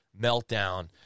meltdown